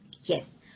Yes